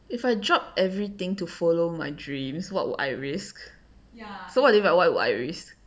if I drop everything to follow my dreams what would I risk so what do you mean what will I risk